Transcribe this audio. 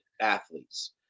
athletes